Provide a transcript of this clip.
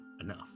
enough